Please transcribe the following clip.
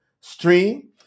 stream